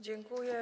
Dziękuję.